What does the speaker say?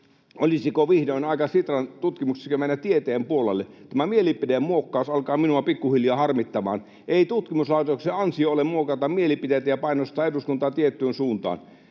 olisiko vihdoin aika Sitran tutkimuksissakin mennä tieteen puolelle? Tämä mielipidemuokkaus alkaa minua pikkuhiljaa harmittamaan. Ei tutkimuslaitoksen ansio ole muokata mielipiteitä ja painostaa eduskuntaa tiettyyn suuntaan.